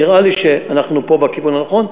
נראה לי שאנחנו פה בכיוון הנכון,